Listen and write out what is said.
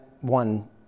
one